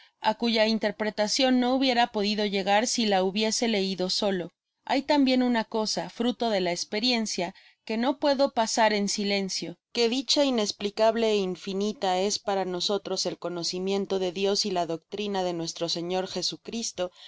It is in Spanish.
á cuya interpretacion no hubiera podido llegar si la hubiese leido solo hay tambien una cosa fruto de la esperiencia que no puedo pasar en silencio que dicha inesplicable é infinita es para nosotros el conocimiento de dios y la doctrina de nuestro señor jesucristo